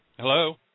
Hello